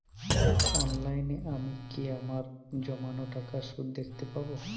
অনলাইনে আমি কি আমার জমানো টাকার সুদ দেখতে পবো?